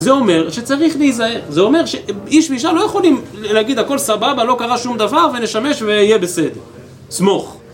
זה אומר שצריך להיזהר, זה אומר שאיש ואישה לא יכולים להגיד הכול סבבה, לא קרה שום דבר ונשמש ויהיה בסדר, "סמוך".